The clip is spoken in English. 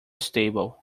stable